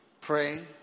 pray